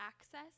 access